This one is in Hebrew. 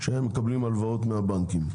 כשהם מקבלים הלוואות מהבנקים.